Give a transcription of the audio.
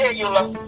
eula